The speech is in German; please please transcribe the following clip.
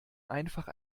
einfach